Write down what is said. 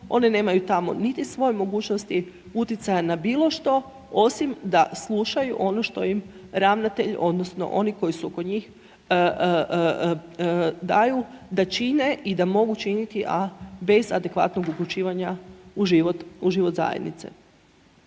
oni nemaju tamo niti svoje mogućnosti utjecaja na bilo što osim da slušaju ono što im ravnatelj, odnosno oni koji su oko njih, daju da čine i da mogu činiti a bez adekvatnog uključivanja u život zajednice.